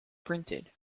printed